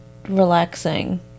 Relaxing